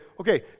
okay